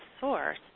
Source